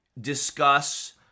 discuss